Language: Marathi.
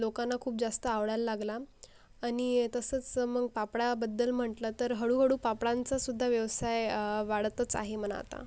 लोकांना खूप जास्त आवडायल लागला आणि तसंस मग पापडाबद्दल म्हटलं तर हळूहळू पापडांचासुद्धा व्यवसाय वाढतच आहे म्हणा आता